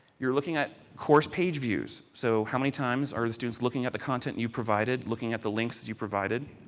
looking at course page views. so, how many times are the students looking at the content you provided, looking at the links and you provided.